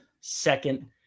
second